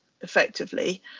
effectively